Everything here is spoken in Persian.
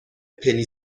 پنی